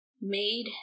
made